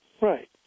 Right